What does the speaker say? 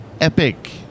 epic